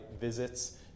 visits